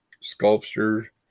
sculpture